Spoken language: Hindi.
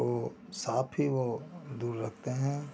को साफ ही वे दूर रखते हैं